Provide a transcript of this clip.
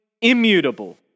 immutable